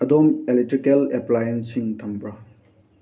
ꯑꯗꯣꯝ electrical appliances ꯁꯤꯡ ꯊꯝꯕ꯭ꯔꯥ